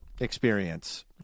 experience